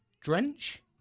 Drench